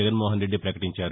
జగన్మోహన్ రెడ్డి పకటించారు